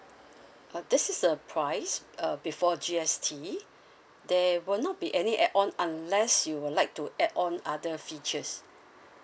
uh this is a price uh before G_S_T there will not be any add on unless you would like to add on other features